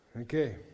Okay